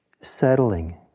settling